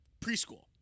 preschool